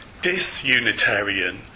disunitarian